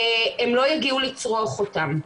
הם לא יגיעו לצרוך אותם.